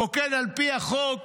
הפוקד על פי החוק